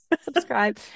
subscribe